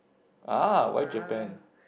ah why Japan